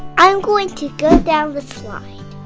i'm going to go down the slide.